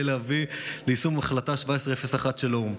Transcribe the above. להביא ליישום החלטה 1701 של האו"ם,